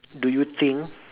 do you think